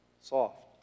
Soft